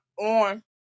on